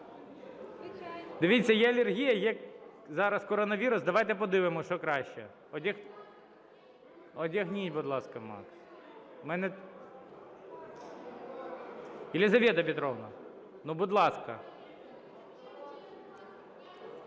Дивіться, є алергія? Зараз коронавірус - давайте подивимося, що краще! Одягніть, будь ласка, маску. Єлизавета Петрівна, ну, будь ласка!